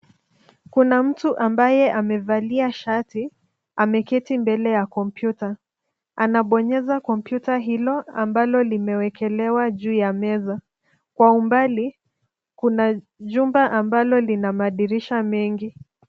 Kuna mtu ambaye amevalia shati ameketi mbele ya kompyuta. Anabonyeza kompyuta hilo ambalo limewekelewa juu ya meza. Kwa umbali, kuna jumba ambalo lina madirisha mengi.